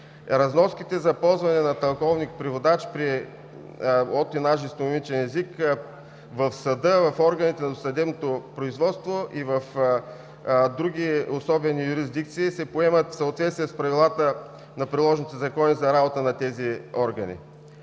Разноските за ползване на тълковник преводач от и на жестомимичен език в съда, в органите на съдебното производство и в други особени юрисдикции се поемат в съответствие с правилата на приложните закони за работа на тези органи.